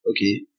Okay